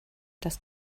das